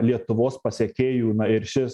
lietuvos pasekėjų ir šis